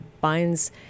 binds